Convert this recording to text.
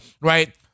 right